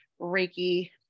Reiki